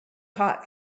hot